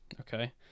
Okay